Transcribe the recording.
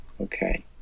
Okay